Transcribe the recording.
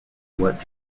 what